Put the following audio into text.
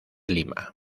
lima